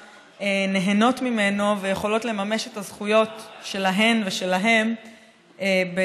נהנות ממנו ויכולות לממש את הזכויות שלהן ושלהם במרחביו.